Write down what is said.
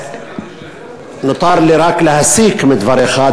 נותר לי רק להסיק מדבריך,